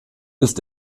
ist